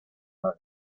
más